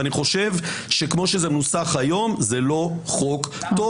אני חושב שכמו שזה מנוסח היום, זה לא חוק טוב.